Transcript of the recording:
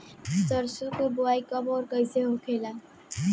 सरसो के बोआई कब और कैसे होला?